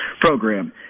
program